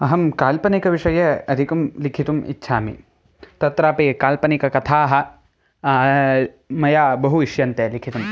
अहं काल्पनिकविषये अधिकं लिखितुम् इच्छामि तत्रापि काल्पनिककथाः मया बहु इष्यन्ते लिखितुं